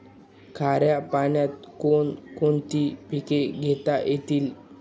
खाऱ्या पाण्यात कोण कोणती पिके घेता येतील?